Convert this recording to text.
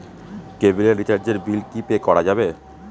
কেবিলের রিচার্জের বিল কি পে করা যাবে?